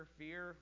fear